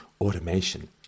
automation